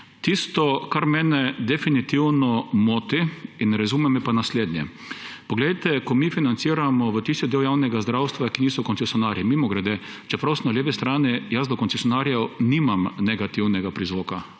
Tisto, kar mene definitivno moti in ne razumem, je pa naslednje. Ko mi financiramo v tisti del javnega zdravstva, ki niso koncesionarji, mimogrede, čeprav sem na levi strani, jaz do koncesionarjev nimam negativnega prizvoka.